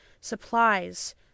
supplies